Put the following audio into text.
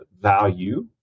value